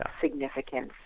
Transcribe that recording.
significance